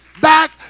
back